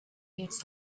its